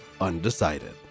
undecided